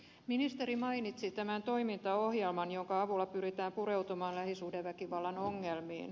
ministeri mainitsi tämän toimintaohjelman jonka avulla pyritään pureutumaan lähisuhdeväkivallan ongelmiin